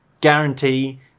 guarantee